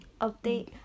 Update